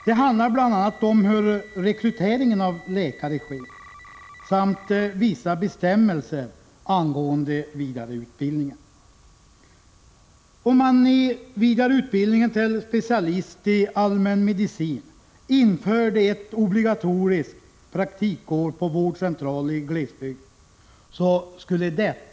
Det handlar bl.a. om hur rekryteringen av läkare sker samt om vissa bestämmelser angående vidareutbildningen. Det skulle ha många fördelar om man i vidareutbildningen till specialist i allmänmedicin införde ett obligatoriskt praktikår på vårdcentral i glesbygd.